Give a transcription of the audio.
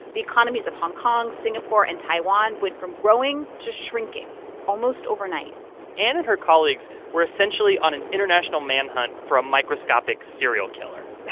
the economies of hong kong, singapore and taiwan went from growing to shrinking almost overnight anne and her colleagues were essentially on an international manhunt for a microscopic serial killer.